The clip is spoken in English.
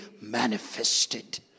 manifested